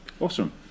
Awesome